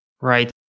right